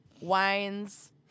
wines